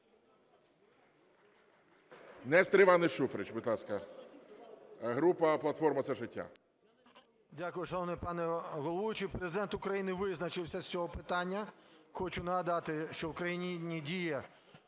Дякую. Шановний пане головуючий, Президент України визначився з цього питання, хочу нагадати, що в Україні нині діє